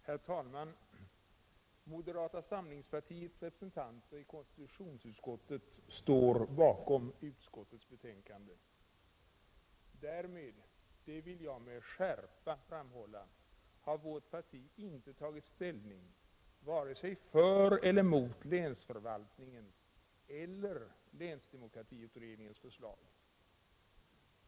Herr talman! Moderata samlingspartiets representanter i konstitutionsutskottet står bakom utskottets betänkande. Därmed — det vill jag med skärpa framhålla — har vårt parti inte tagit ställning vare sig för eller emot länsförvaltningseller länsdemokratiutredningens förslag.